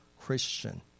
Christian